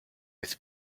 with